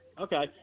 Okay